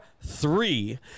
three